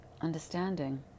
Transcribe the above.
understanding